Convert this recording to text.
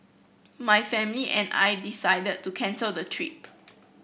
my family and I decided to cancel the trip